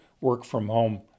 work-from-home